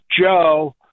Joe